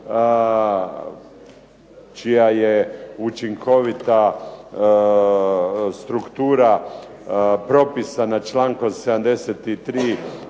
čija je učinkovita struktura propisana člankom 73.